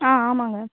ஆ ஆமாங்க